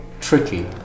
tricky